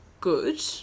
good